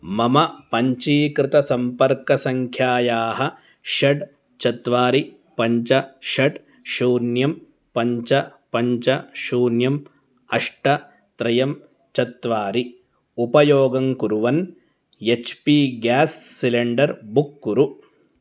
मम पञ्जीकृतसम्पर्कसङ्ख्यायाः षट् चत्वारि पञ्च षट् शून्यं पञ्च पञ्च शून्यम् अष्ट त्रयं चत्वारि उपयोगं कुर्वन् H P gas cylinder book कुरु